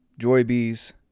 joybees